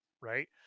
right